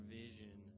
vision